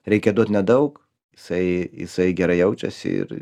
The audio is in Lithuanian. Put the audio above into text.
reikia duot nedaug jisai jisai gerai jaučiasi ir